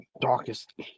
darkest